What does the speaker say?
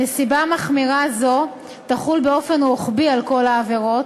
נסיבה מחמירה זו תחול באופן רוחבי על כל העבירות,